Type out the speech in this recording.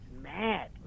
mad